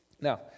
Now